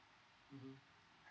mmhmm